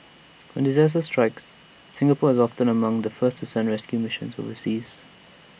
when disaster strikes Singapore is often among the first to send rescue missions overseas